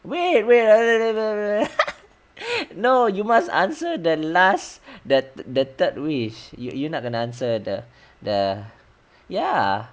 where no you must answer the last that the third wish you you nak kena answer the the ya